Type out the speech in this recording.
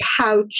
pouch